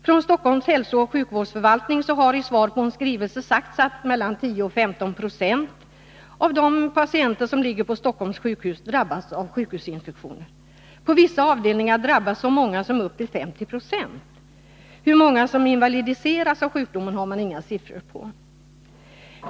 Från Stockholms hälsooch sjukvårdsförvaltning har i svar på en skrivelse sagts att mellan 10 och 15 96 av de patienter som ligger på Stockholms sjukhus drabbas av sjukhusinfektioner. På vissa avdelningar drabbas så många som upp till 50 26. Hur många som invalidiseras av sjukdomen har man inga siffror på.